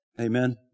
Amen